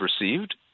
received